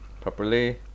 properly